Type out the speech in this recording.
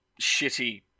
shitty